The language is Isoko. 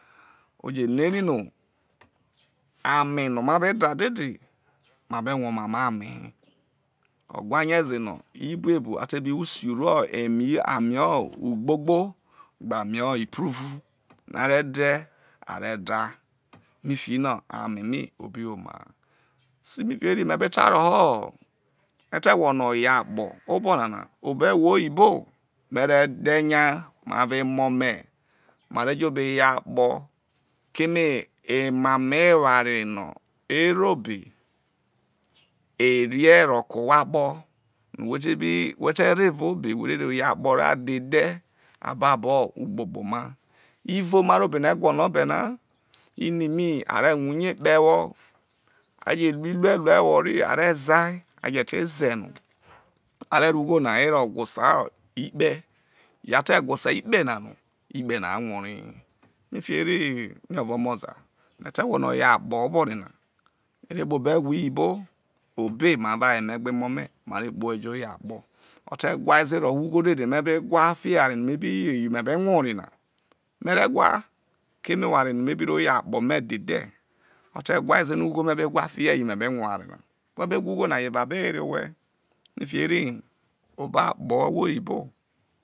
Oje no ere no, ome no ma be da dede ma be rue omamo ome he, o wha rie ze no ibuobu a te bi wo isiuru eme ame ugbogbo gbe ame ipruvu no a re de a re da akino ame mai o bi woma ha sofikiereme be ta roho me te gwolo you akpo obonana, obo ewho-oyibo me re dhe nya me avo emo me ma re jo obei you akpo keme emamo eware no e ro obei, ene roke ohwo akpo, no whe bi, no whe no evao obei, whe re yere akpo ra dhe dhe ababo ukpokpoma ivo ma rro abone gwolo be nai ini mai a re rue uyen kpoho ewo a je ru irueru ewo a re zeai a je te ze no a re ro ugho na, hwosa ikpe a tehwosa ikpe na na, ikpe na arue eral hi fikiere niovo omo zae me te gwolo you akpo obo nana mere kpobo ewho-oyibo obei me avo aye me gbe emo me ma re kpoho jo you akpo, o te whae ze roho ugho dede me be ro wha fiho eware nome yere yo me be rue eraiha me re wha, keme oware ze no ugho me be hwa fihie me be rue oware na, whe be wha ugho na yo eva ebe were owhe obo akpo ohwo-oyibo.